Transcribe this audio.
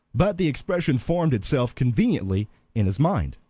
but the expression formed itself conveniently in his mind.